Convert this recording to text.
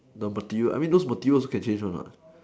the material I mean those materials also can change right or not